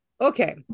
Okay